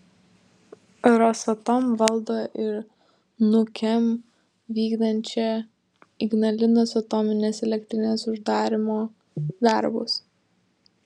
rosatom valdo ir nukem vykdančią ignalinos atominės elektrinės uždarymo darbus